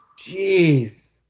Jeez